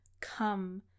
Come